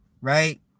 right